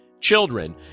children